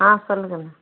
ஆ சொல் கன்னு